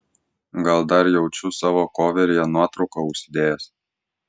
gal dar jaučiu savo koveryje nuotrauką užsidėjęs